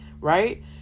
right